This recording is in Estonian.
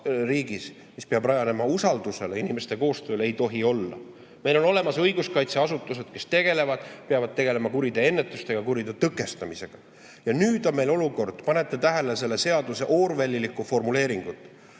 mis peab rajanema usaldusele ja inimeste koostööle, ei tohi olla. Meil on olemas õiguskaitseasutused, kes peavad tegelema kuriteo ennetusega ja kuriteo tõkestamisega. Nüüd on meil aga selline olukord. Panete tähele selle seaduse orwellilikku formuleeringut